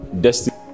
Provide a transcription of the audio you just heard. destiny